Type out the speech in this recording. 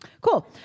Cool